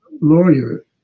lawyer